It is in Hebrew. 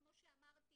שכמו שאמרתי